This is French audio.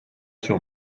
sur